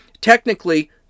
technically